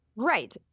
Right